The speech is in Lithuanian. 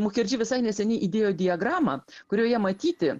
mucherdži visai neseniai įdėjo diagramą kurioje matyti